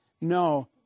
No